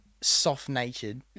soft-natured